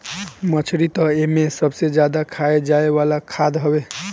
मछरी तअ एमे सबसे ज्यादा खाए जाए वाला खाद्य हवे